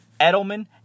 Edelman